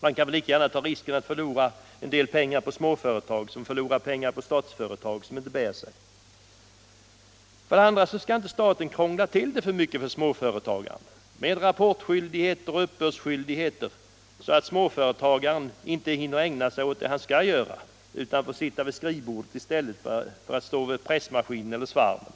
Man kan väl lika gärna ta risken att förlora en del pengar på småföretag som att förlora pengar på Statsföretag som inte bär sig. För det andra skall inte staten krångla till det för mycket för småföretagaren med rapportskyldigheter och uppbördsskyldigheter så att småföretagaren inte hinner ägna sig åt det han skall göra utan får sitta vid skrivbordet i stället för att stå vid pressmaskinen eller svarven.